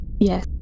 Yes